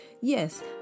yes